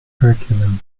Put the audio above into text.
curriculum